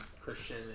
Christian